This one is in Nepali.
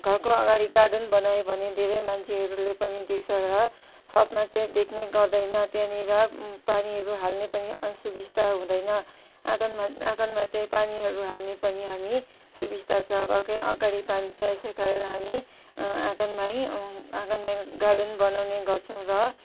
घरको अगाडि गार्डन बनायो भने धेरै मान्छेहरूले पनि देख्छ र छतमा चाहिँ देख्ने गर्दैन त्यहाँनिर पानीहरू हाल्ने पनि असुबिस्ता हुँदैन आँगनमा आँगनमा चाहिँ पानीहरू हाल्ने पनि हामी सुबिस्ता छ घरकै अगाडि पानी छ यसै कारण हामी आँगनमा है आँगनमा गार्डन बनाउने गर्छ र